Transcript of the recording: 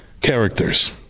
characters